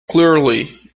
clearly